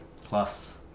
Plus